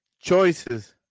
Choices